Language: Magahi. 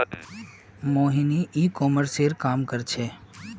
मोहिनी ई कॉमर्सेर काम कर छेक्